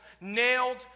nailed